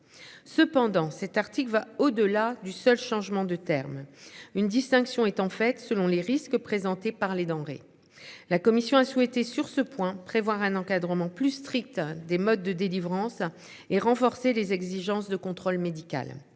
cependant cet article va au-delà du seul changement de terme une distinction est en fait selon les risques présentés par les denrées. La commission a souhaité sur ce point, prévoir un encadrement plus strict des modes de délivrance et renforcer les exigences de contrôle médical.